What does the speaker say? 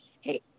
Hey